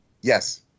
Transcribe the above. Yes